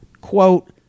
quote